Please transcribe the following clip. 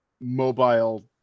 mobile